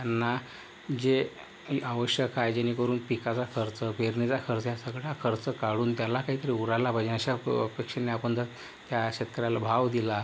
त्यांना जे ही आवश्यक आहे जेणेकरून पिकाचा खर्च पेरणीचा खर्च हा सगळा खर्च काढून त्याला काहीतरी उरायला पाहिजे अशा अप अपेक्षेने आपण जर त्या शेतकऱ्याला भाव दिला